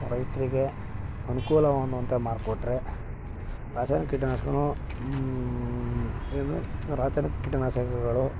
ರೈತರಿಗೆ ಅನುಕೂಲ ಅನ್ನುವಂಥದ್ದು ಮಾಡಿಕೊಟ್ರೆ ರಾಸಾಯನಿಕ ಕೀಟನಾಶಕನೂ ಏನು ರಾಸಾಯನಿಕ ಕೀಟನಾಶಕಗಳು